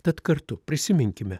tad kartu prisiminkime